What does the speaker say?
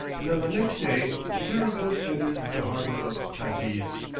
and on the next day the caravels entered the harbour of cadiz.